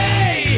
Hey